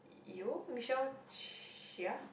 Yeoh Michelle-Chia